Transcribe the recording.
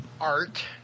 Art